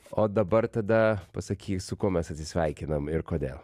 o dabar tada pasakyk su kuo mes atsisveikinam ir kodėl